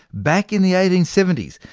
back in the eighteen seventy s,